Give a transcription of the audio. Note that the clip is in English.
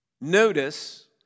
Notice